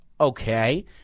Okay